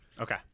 Okay